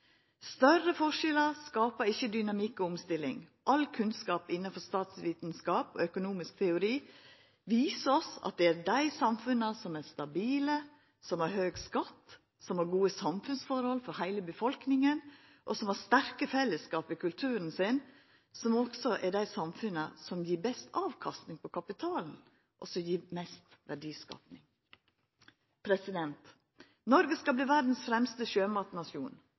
Større forskjellar skapar ikkje dynamikk og omstilling. All kunnskap innanfor statsvitskap og økonomisk teori viser oss at det er dei samfunna som er stabile, som har høg skatt, som har gode samfunnsforhold for heile befolkninga, og som har sterke fellesskap i kulturen sin, som også er dei samfunna som gjev best avkasting på kapitalen, og som gjev mest verdiskaping. Noreg skal verta verdas fremste sjømatnasjon.